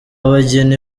bageni